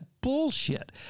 bullshit